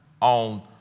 on